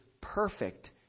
perfect